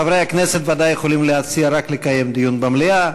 חברי הכנסת בוודאי יכולים להציע רק לקיים דיון במליאה,